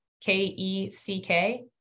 K-E-C-K